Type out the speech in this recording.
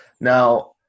Now